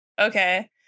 okay